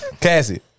Cassie